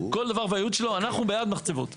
כל דבר והייעוד שלו, אנחנו בעד מחצבות.